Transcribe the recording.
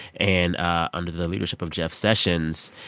and ah under the leadership of jeff sessions,